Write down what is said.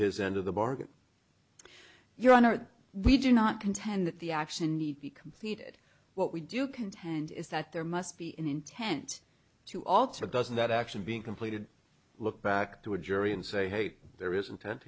his end of the bargain your honor we do not contend that the action need be completed what we do contend is that there must be an intent to alter doesn't that action being completed look back to a jury and say hey there is